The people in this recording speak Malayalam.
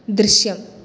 ദൃശ്യം